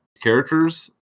characters